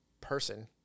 person